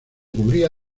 cubría